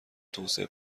توسعه